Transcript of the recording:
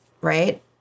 right